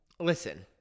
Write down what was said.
Listen